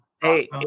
Hey